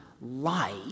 light